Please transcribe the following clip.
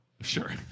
Sure